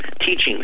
teachings